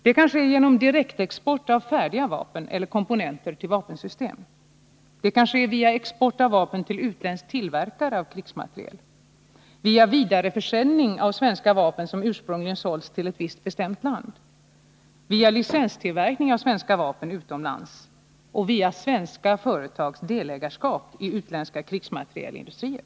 Det kan ske genom direktexport av färdiga vapen eller komponenter till vapensystem, export av vapen till utländsk tillverkare av krigsmateriel, vidareförsäljning av svenska vapen som ursprungligen sålts till ett visst bestämt land, licenstillverkning av svenska vapen utomlands eller genom svenska företags delägarskap i utländska krigsmaterielindustrier.